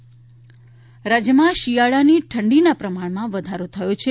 ઠ ડી રાજ્યમાં શિયાળાની ઠંડીના પ્રમાણમાં વધારો થયો છે